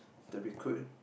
the recruit